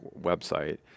website